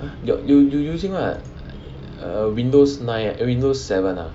your you you using what err windows nine err window seven ah